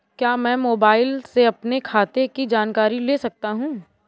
क्या मैं मोबाइल से अपने खाते की जानकारी ले सकता हूँ?